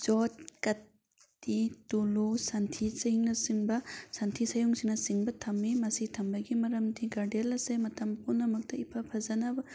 ꯌꯣꯠ ꯀꯥꯇꯤ ꯇꯨꯂꯨ ꯁꯟꯊꯤ ꯁꯤꯡꯅ ꯆꯤꯡꯕ ꯁꯟꯊꯤ ꯁꯌꯨꯡꯁꯤꯡꯅ ꯆꯤꯡꯕ ꯊꯝꯃꯤ ꯃꯁꯤ ꯊꯝꯕꯒꯤ ꯃꯔꯝꯗꯤ ꯒꯥꯔꯗꯦꯟ ꯑꯁꯦ ꯃꯇꯝ ꯄꯨꯝꯅꯃꯛꯇ ꯏꯐ ꯐꯖꯅꯕ